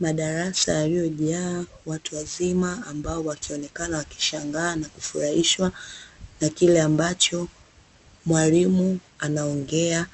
Madarasa yaliyo jaa watu wazima ambao wakionekana wakishangaa na kufurahishwa na kile ambacho mwalimu anaongea,